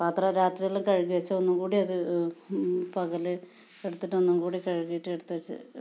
പാത്രമെല്ലാം രാത്രിയിൽ കഴുകി വെച്ച് ഒന്നും കൂടി അത് പകൽ എടുത്തിട്ട് ഒന്നും കൂടി കഴുകിയിട്ട് എടുത്ത് വെച്ച്